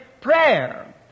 prayer